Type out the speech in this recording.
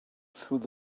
through